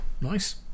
nice